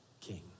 king